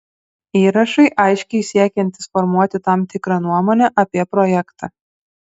įrašai aiškiai siekiantys formuoti tam tikrą nuomonę apie projektą